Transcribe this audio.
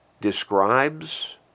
describes